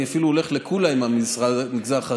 אני אפילו הולך לקולא עם המגזר החרדי,